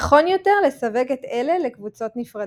נכון יותר לסווג את אלה לקבוצות נפרדות.